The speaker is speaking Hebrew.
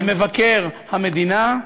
למבקר המדינה.